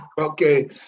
Okay